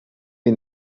jej